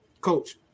Coach